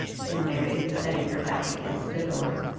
said marriott, setting her back against the door.